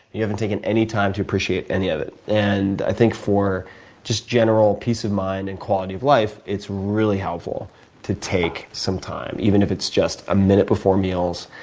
you haven't taken any time to appreciate any of it. and i think for just general peace of mind and quality of life, it's really helpful to take some time, even if it's just a minute before meals,